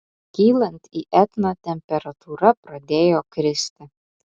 kylant į etną temperatūra pradėjo kristi